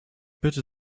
bitte